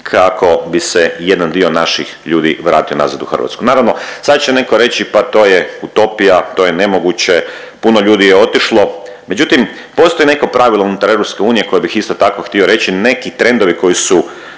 kako bi se jedan dio naših ljudi vratio nazad u Hrvatsku. Naravno sad će netko reći pa to je utopija, to je nemoguće, puno ljudi je otišlo, međutim postoji neko pravilo unutar EU koje bih isto tako htio reći, neki trendovi koji su